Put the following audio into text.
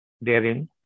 therein